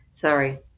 Sorry